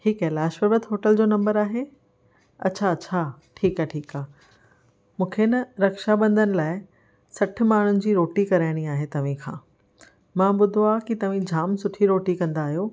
ही कैलाश पर्वत होटल जो नम्बर आहे अच्छा अच्छा ठीकु आहे ठीकु आहे मूंखे न रक्षाबंधन लाइ सठि माण्हुनि जी रोटी कराइणी आहे तव्हीं खां मां ॿुधो आहे तव्हां जाम सुठी रोटी कंदा आहियो